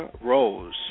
Rose